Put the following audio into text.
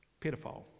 pedophile